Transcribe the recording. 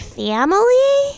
family